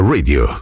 Radio